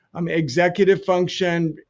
um executive function.